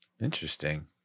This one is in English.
Interesting